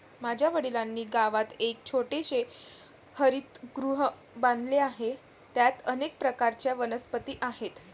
माझ्या वडिलांनी गावात एक छोटेसे हरितगृह बांधले आहे, त्यात अनेक प्रकारच्या वनस्पती आहेत